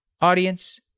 Audience